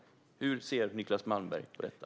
Hur ser Niclas Malmberg på detta?